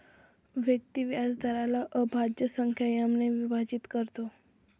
व्यक्ती व्याजदराला अभाज्य संख्या एम ने विभाजित करतो